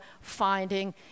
finding